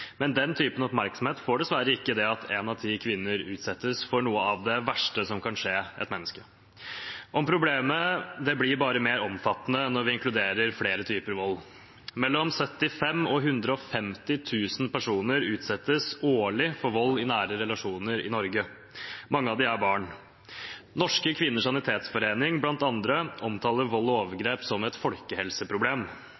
Men den typen oppmerksomhet får dessverre ikke det at én av ti kvinner utsettes for noe av det verste som kan skje et menneske. Problemet blir bare mer omfattende når vi inkluderer flere typer vold. Mellom 75 000 og 150 000 personer utsettes årlig for vold i nære relasjoner i Norge. Mange av dem er barn. Norske Kvinners Sanitetsforening, bl.a., omtaler vold og